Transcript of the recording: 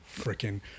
freaking